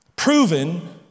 Proven